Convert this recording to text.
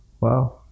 Wow